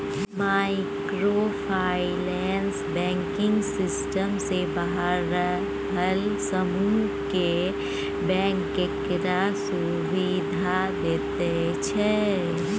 micro finance banking system सँ बाहर रहल समुह केँ बैंक केर सुविधा दैत छै